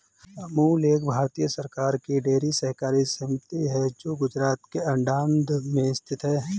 अमूल एक भारतीय सरकार की डेयरी सहकारी समिति है जो गुजरात के आणंद में स्थित है